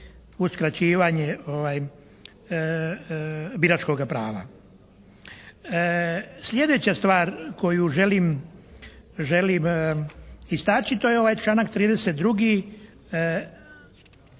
uskraćivanje biračkoga prava. Sljedeća stvar koju želim istaći to je ovaj članak 32.